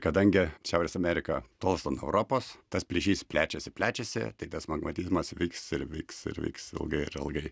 kadangi šiaurės amerika tolsta nuo europos tas plyšys plečiasi plečiasi tai tas magmatizmas vyks ir vyks ir vyks ilgai ir ilgai